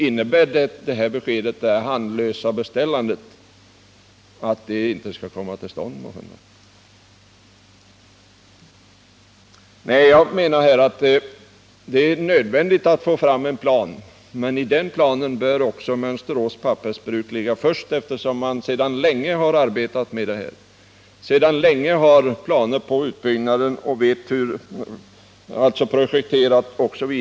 Innebär beskedet om det ”handlösa bestämmandet” att det inte skall komma till stånd något pappersbruk? Jag menar att det är nödvändigt att vi får fram en plan. I den planen bör Mönsterås pappersbruk ligga först, eftersom Södra Skogsägarna sedan länge har arbetat på en utbyggnad och har planer för projekteringen.